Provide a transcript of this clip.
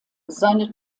seine